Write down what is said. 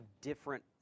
different